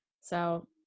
So-